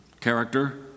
character